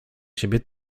siebie